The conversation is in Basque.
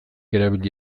erabili